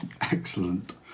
Excellent